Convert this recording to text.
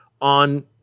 on